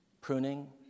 pruning